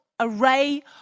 array